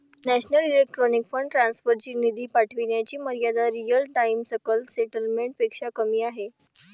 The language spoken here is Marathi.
नॅशनल इलेक्ट्रॉनिक फंड ट्रान्सफर ची निधी पाठविण्याची मर्यादा रिअल टाइम सकल सेटलमेंट पेक्षा कमी आहे